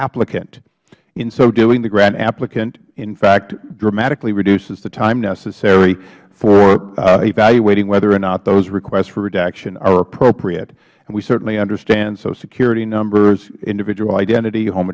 applicant in so doing the grant applicant in fact dramatically reduces the time necessary for evaluating whether or not those requests for redaction are appropriate we certainly understand social security numbers individual identity home